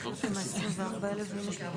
24 חודשים.